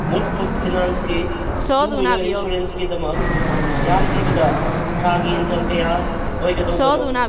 ꯃꯨꯠꯍꯨꯠ ꯐꯤꯅꯥꯟꯁꯀꯤ two wheeler ꯏꯟꯁꯨꯔꯦꯟꯁꯀꯤꯗꯃꯛ ꯌꯥꯝꯗ꯭ꯔꯕꯗ ꯊꯥꯒꯤ ꯏꯟꯀꯝ ꯀꯌꯥ ꯑꯣꯏꯒꯗꯧꯕꯅꯣ